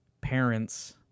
parents